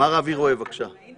מר אבי רואה, בבקשה.